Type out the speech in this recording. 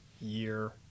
year